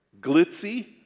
Glitzy